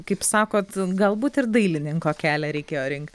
kaip sakot galbūt ir dailininko kelią reikėjo rinkt